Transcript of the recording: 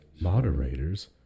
moderators